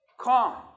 calm